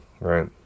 Right